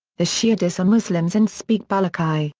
the sheedis are muslims and speak balochi,